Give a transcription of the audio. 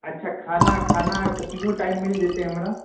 अच्छा खाना तीनो टाइम मिल जेतै हमरा